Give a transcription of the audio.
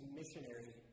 missionary